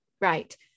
Right